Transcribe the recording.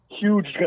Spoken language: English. huge